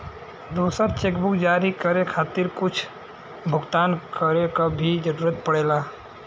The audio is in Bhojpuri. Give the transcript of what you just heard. दूसर चेकबुक जारी करे खातिर कुछ भुगतान करे क भी जरुरत पड़ेला